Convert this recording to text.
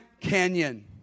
Canyon